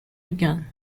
began